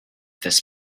this